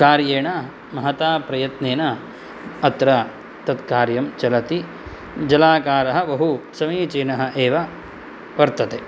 कार्येण महता प्रयत्नेन अत्र तत्कार्यं चलति जलागारः बहुसमीचीनः एव वर्तते